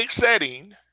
setting